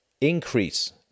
increase